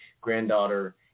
granddaughter